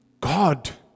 God